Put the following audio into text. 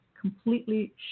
completely